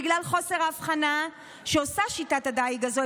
בגלל חוסר ההבחנה שעושה שיטת הדיג הזו,